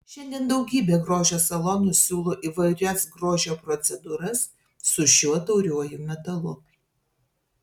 šiandien daugybė grožio salonų siūlo įvairias grožio procedūras su šiuo tauriuoju metalu